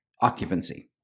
occupancy